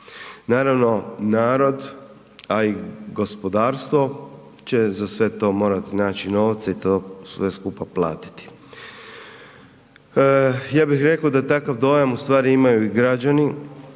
Naravno, narod a i gospodarstvo će za sve to morati naći novca i to sve skupa platiti. Ja bih rekao da takav dojam u stvari imaju i građani,